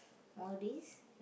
all these